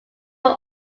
were